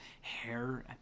hair